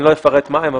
אני לא אפרט מה הן,